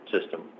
system